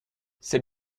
c’est